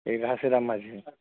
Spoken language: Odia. ଏଇ ଘାସିରାମ ମାଝି